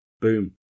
Boom